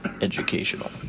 educational